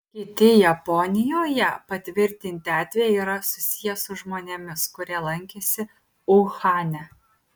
kiti japonijoje patvirtinti atvejai yra susiję su žmonėmis kurie lankėsi uhane